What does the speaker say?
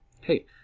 Hey